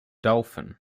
dolphin